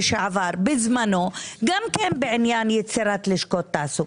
בזמנו גם כן בעניין יצירת לשכות תעסוקה,